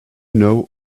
know